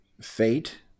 Fate